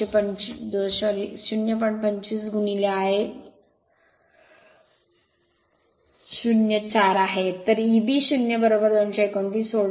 25 Ia 0 4 आहे तर Eb 0 229 volt आहे